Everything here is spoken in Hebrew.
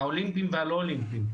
האולימפיים והלא אולימפיים,